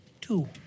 Two